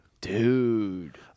Dude